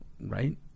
Right